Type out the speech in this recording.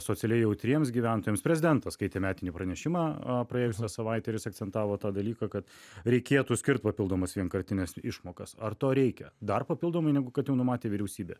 socialiai jautriems gyventojams prezidentas skaitė metinį pranešimą praėjusią savaitę ir jis akcentavo tą dalyką kad reikėtų skirt papildomas vienkartines išmokas ar to reikia dar papildomai negu kad jau numatė vyriausybė